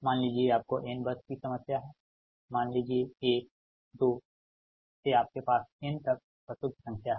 मान लीजिये आपको n बस की समस्या है मान लीजिए 1 2 से आपके पास n तक बसों की संख्या है